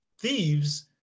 thieves